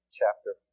chapter